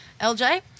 LJ